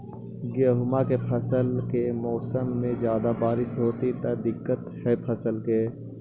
गेहुआ के फसल के मौसम में ज्यादा बारिश होतई त का दिक्कत हैं फसल के?